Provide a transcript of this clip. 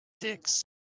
dicks